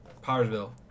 Powersville